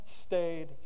stayed